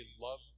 love